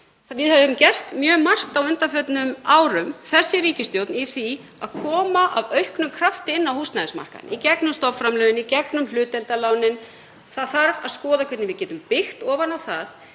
að við höfum gert mjög margt á undanförnum árum, þessi ríkisstjórn, í því að koma af auknum krafti inn á húsnæðismarkaðinn í gegnum stofnframlögin, í gegnum hlutdeildarlánin. Það þarf að skoða hvernig við getum byggt ofan á það